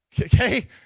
okay